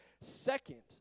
Second